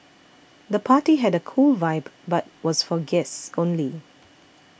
the party had a cool vibe but was for guests only